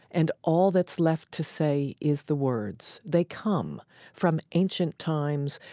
and all that's left to say is the words. they come from ancient times,